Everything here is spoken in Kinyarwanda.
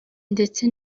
ndetse